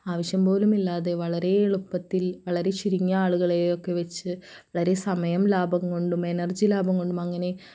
ആവശ്യം പോലും ഇല്ലാതെ വളരെ എളുപ്പത്തിൽ വളരെ ചുരുങ്ങിയ ആളുകളെയൊക്കെ വെച്ച് വളരെ സമയം ലാഭം കൊണ്ടും എനർജി ലാഭം കൊണ്ടും അങ്ങനെ